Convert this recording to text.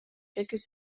quelques